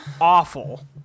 awful